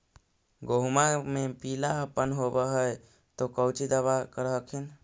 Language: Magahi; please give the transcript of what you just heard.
गोहुमा मे पिला अपन होबै ह तो कौची दबा कर हखिन?